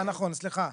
אה, נכון, סליחה.